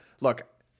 look